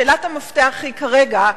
שאלת המפתח היא כרגע: